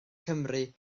cymru